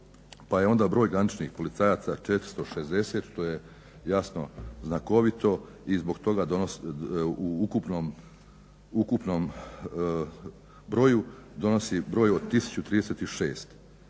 pa je onda broj graničnih policajaca 460 što je jasno znakovito i zbog toga u ukupnom broju donosi broj od 1036